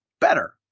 better